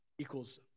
equals